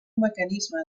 mecanisme